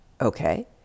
okay